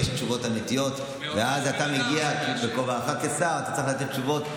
אם אתה רוצה להצחיק את אלוהים,